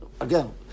Again